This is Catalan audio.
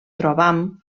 trobam